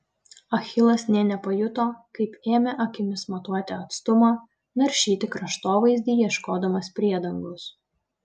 achilas nė nepajuto kaip ėmė akimis matuoti atstumą naršyti kraštovaizdį ieškodamas priedangos